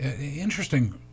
interesting